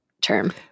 term